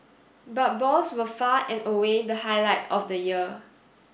but balls were far and away the highlight of the year